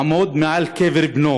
לעמוד מעל קבר בנו